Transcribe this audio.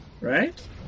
Right